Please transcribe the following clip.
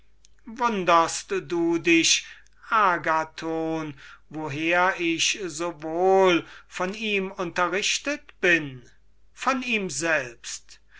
wunderst du dich agathon woher ich so wohl von ihm unterrichtet bin von ihm selbst